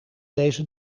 deze